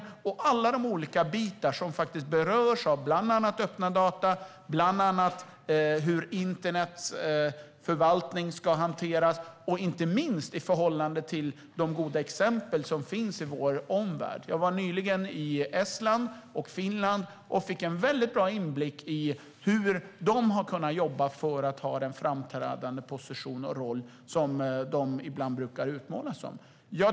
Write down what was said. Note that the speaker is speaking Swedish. Det handlar om alla de olika bitar som berörs av bland annat öppna data, om hur internetförvaltning ska hanteras och inte minst om att ta del av de goda exempel som finns i vår omvärld. Jag var nyligen i Estland och Finland och fick en bra inblick i hur de har jobbat för att få den framträdande position och roll som det ibland målas upp att de har.